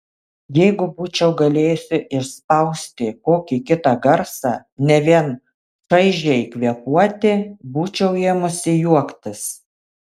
jeigu būčiau galėjusi išspausti kokį kitą garsą ne vien šaižiai kvėpuoti būčiau ėmusi juoktis